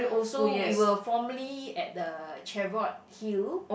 so we were formerly at the Cheviot-Hill